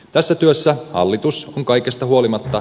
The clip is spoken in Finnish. tässä työssä hallitus on kaikesta huolimatta